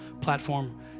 platform